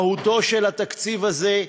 מהותו של התקציב הזה,